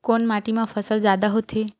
कोन माटी मा फसल जादा होथे?